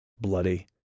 bloody